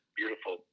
beautiful